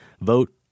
Vote